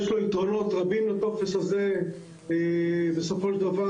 יש יתרונות רבים לטופס הזה בסופו של דבר.